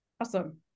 awesome